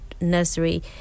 nursery